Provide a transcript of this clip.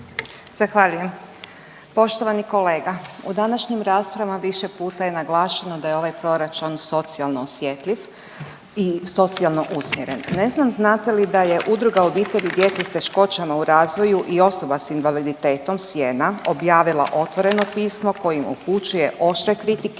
Zahvaljujem. Poštovani kolega, u današnjim raspravama više puta je naglašeno da je ovaj proračun socijalno osjetljiv i socijalno usmjeren. Ne znam znate li da je Udruga obitelji djece s teškoćama u razvoju i osoba sa invaliditetom „Sjena“ objavila otvoreno pismo kojim upućuje oštre kritike